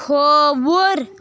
کھووُر